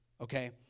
Okay